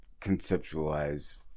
conceptualize